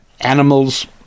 animals